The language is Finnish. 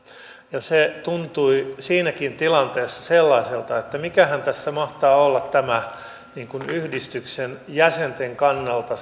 ja se tuntui siinäkin tilanteessa sellaiselta että mikähän tässä mahtaa olla niin kuin yhdistyksen jäsenten kannalta se